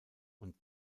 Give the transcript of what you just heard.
und